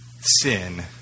sin